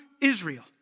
Israel